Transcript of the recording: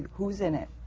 who's in it?